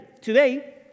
Today